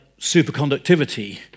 superconductivity